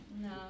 No